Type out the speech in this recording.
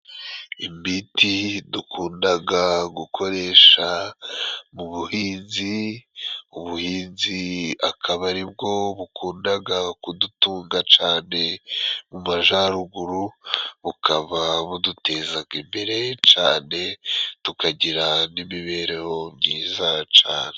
Imiti dukundaga gukoresha mu buhinzi, ubuhinzi akaba ari bwo bukundaga kudutunga cane mu majaruguru, bukaba budutezaga imbere cane, tukagira n'imibereho myiza cane.